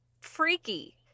Freaky